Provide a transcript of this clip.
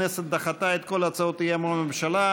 הכנסת דחתה את כל הצעות האי-אמון בממשלה.